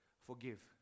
forgive